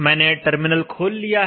मैंने टर्मिनल खोल लिया है